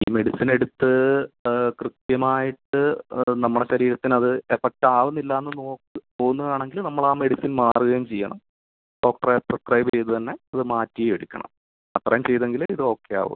ഈ മെഡിസിൻ എടുത്ത് കൃത്യമായിട്ട് അത് നമ്മളെ ശരീരത്തിന് അത് എഫക്റ്റ് ആവുന്നില്ലയെന്ന് തോന്നുകയാണെങ്കിൽ നമ്മൾ ആ മെഡിസിൻ മാറുകയും ചെയ്യണം ഡോക്ടറെ പ്രിസ്ക്രൈബ് ചെയ്ത് തന്നെ അത് മാറ്റി എടുക്കണം അത്രയും ചെയ്തെങ്കിലേ ഇത് ഓക്കെ ആവുളളു